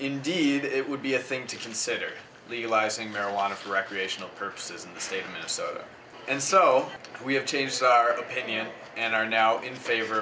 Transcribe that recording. indeed it would be a thing to consider legalizing marijuana for recreational purposes in the state of minnesota and so we have changed our opinion and are now in favor